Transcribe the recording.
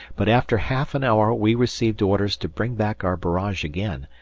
but after half an hour we received orders to bring back our barrage again,